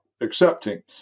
accepting